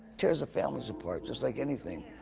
care is a family support, just like anything.